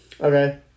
okay